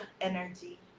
energy